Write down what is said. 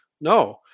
No